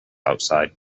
outside